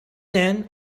then